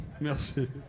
Merci